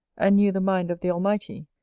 and knew the mind of the almighty,